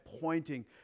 pointing